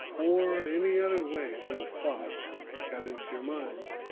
or any other way that a thought got into your mind.